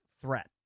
threat